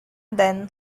then